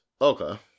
okay